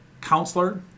counselor